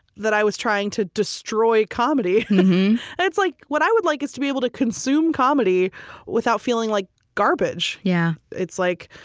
that i was trying to destroy comedy. and it's like, what i would like is to be able to consume comedy without feeling like garbage. yeah it's like,